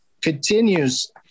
continues